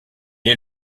est